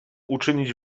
uczynić